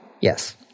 Yes